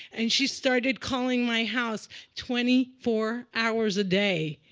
and she started calling my house twenty four hours a day.